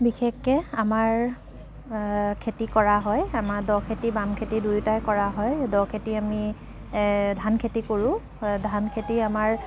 বিশেষকৈ আমাৰ খেতি কৰা হয় আমাৰ দ' খেতি বাম খেতি দুয়োটাই কৰা হয় দ' খেতি আমি ধান খেতি কৰোঁ ধান খেতি আমাৰ